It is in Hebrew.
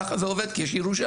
ככה זה עובד כי יש ירושה.